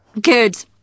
Good